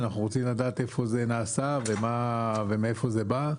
אנחנו רוצים לדעת איפה זה נעשה ומאיפה זה בא.